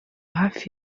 hafi